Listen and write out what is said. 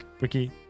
Ricky